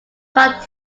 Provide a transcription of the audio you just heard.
caught